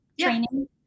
training